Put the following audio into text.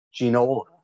Ginola